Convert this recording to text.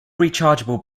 rechargeable